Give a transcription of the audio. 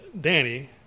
Danny